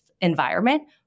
environment